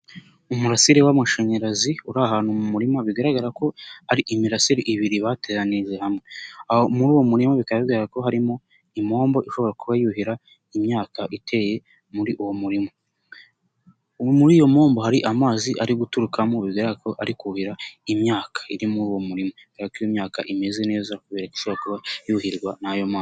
Umurasire w'amashanyarazi uri ahantu mu murima, bigaragara ko ari imirasire ibiri bateranirije hamwe, aho muri uwo murima bikaba bigaragara ko harimo, impombo ishobora kuba yuhira imyaka iteye muri uwo murima, muri iyo impombo hari amazi ari guturukamo, bigaragara ko ari kuhira imyaka, iri muri uwo murima, bigaragara ko iyo imyaka imeze neza kubera ko ishobora kuba yuhirwa n'ayo mazi.